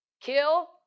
kill